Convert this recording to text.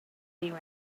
heavy